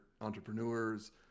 entrepreneurs